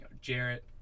Jarrett